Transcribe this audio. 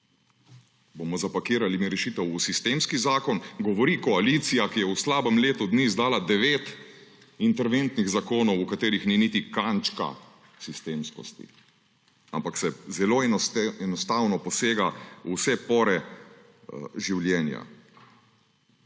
bomo zapakirali rešitev v sistemski zakon, govori koalicija, ki je v slabem letu dni izdala devet interventnih zakonov, v katerih ni niti kančka sistemskosti, ampak se zelo enostavno posega v vse pore življenja.